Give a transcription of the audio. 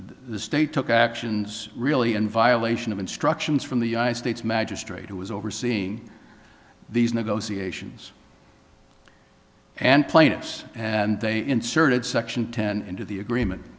the state took actions really in violation of instructions from the united states magistrate who was overseeing these negotiations and plaintiffs and they inserted section ten into the agreement